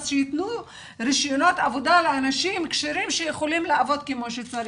אז שייתנו רישיונות עבודה לאנשים כשרים שיכולים לעבוד כמו שצריך.